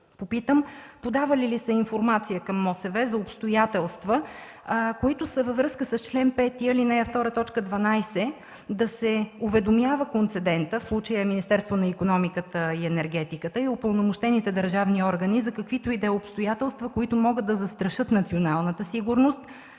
попитам: подавали ли сте информация към МОСВ за обстоятелства, които са във връзка с чл. 5, ал. 2, т. 12 – да се уведомява концедентът, в случая Министерството на икономиката и енергетиката и упълномощените държавни органи за каквито и да е обстоятелства, които могат да застрашат националната сигурност,